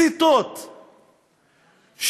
מסיתות,